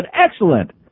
excellent